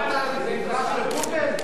סטפן.